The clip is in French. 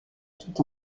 tout